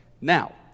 Now